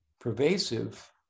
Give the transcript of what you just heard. pervasive